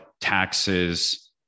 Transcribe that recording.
taxes